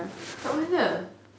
kat mana